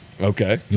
Okay